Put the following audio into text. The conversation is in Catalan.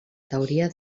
teoria